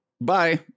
Bye